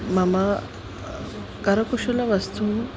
मम करकुशुलवस्तूनि